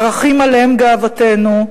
ערכים שעליהם גאוותנו,